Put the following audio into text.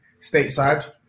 stateside